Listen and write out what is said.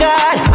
God